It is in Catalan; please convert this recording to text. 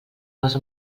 els